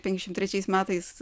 penkiasdešimt trečiais metais